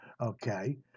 Okay